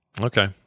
Okay